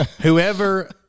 Whoever